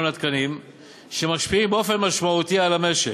התקנים שמשפיעים באופן משמעותי על המשק.